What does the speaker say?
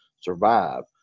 survive